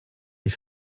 est